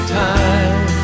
time